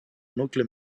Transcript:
nucli